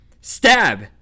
Stab